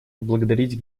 поблагодарить